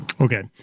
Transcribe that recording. okay